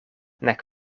nek